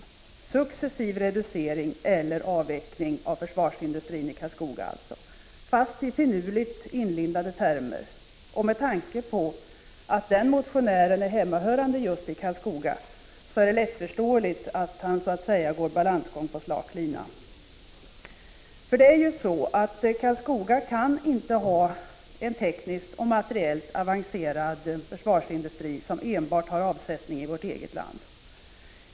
Detta betyder alltså successiv reducering eller avveckling av försvarsindustrin i Karlskoga, fast i finurligt inlindade termer. Med tanke på att motionären är hemmahörande just i Karlskoga är det lättförståeligt att han ”går balansgång på slak lina”. Karlskoga kan inte ha en tekniskt och materiellt avancerad försvarsindustri som enbart har avsättning i vårt eget land.